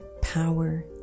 power